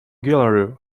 gallery